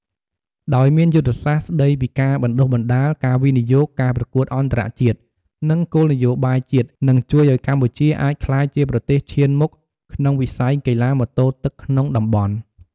ដោយមានយុទ្ធសាស្ត្រស្តីពីការបណ្តុះបណ្តាល ការវិនិយោគ ការប្រកួតអន្តរជាតិ និងគោលនយោបាយជាតិ នឹងជួយឱ្យកម្ពុជាអាចក្លាយជាប្រទេសឈានមុខក្នុងវិស័យកីឡាម៉ូតូទឹកក្នុងតំបន់។